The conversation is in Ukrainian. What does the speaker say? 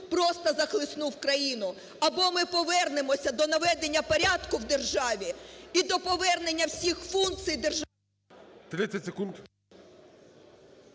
просто захлеснув країну. Або ми повернемося до наведення порядку в державі і до повернення всіх функцій…